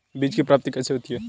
बीज की प्राप्ति कैसे होती है?